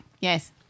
yes